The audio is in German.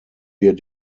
wir